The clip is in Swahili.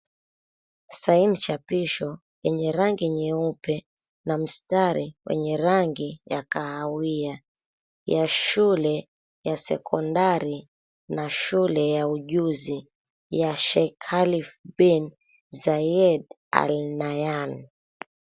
Saini chapisho yenye rangi nyeupe na mstari wenye rangi ya kahawia ya shule ya sekondari na Shule ya Ujuzi ya Sheikh Khalif Bien Zayed Al nayan.